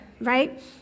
right